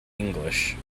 english